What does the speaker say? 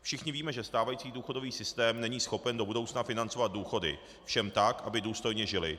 Všichni víme, že stávající důchodový systém není schopen do budoucna financovat důchody všem tak, aby důstojně žili.